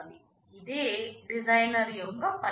ఇదే డిజైనర్ యొక్క పని